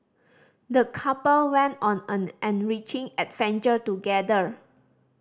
the couple went on an enriching adventure together